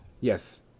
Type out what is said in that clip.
Yes